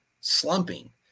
slumping